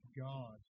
God